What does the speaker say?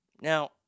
Now